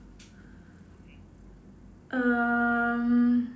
um